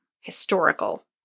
historical